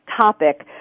topic